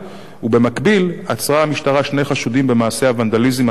במקביל עצרה המשטרה שני חשודים במעשה הוונדליזם האנטישמי